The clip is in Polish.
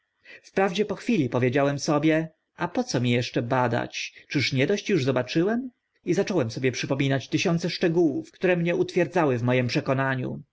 wprawdzie po chwili powiedziałem sobie a po co mi eszcze badać czyż nie dość uż zobaczyłem i zacząłem sobie przypominać tysiące szczegółów które mnie utwierdzały w moim przekonaniu